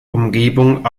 umgebung